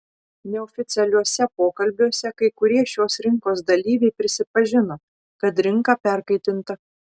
neoficialiuose pokalbiuose kai kurie šios rinkos dalyviai prisipažino kad rinka perkaitinta